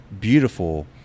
beautiful